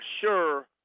sure